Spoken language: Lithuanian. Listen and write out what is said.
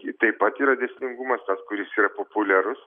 ji taip pat yra dėsningumas tas kuris yra populiarus